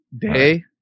Day